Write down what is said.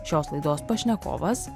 šios laidos pašnekovas